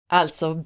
Alltså